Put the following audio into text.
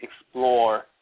explore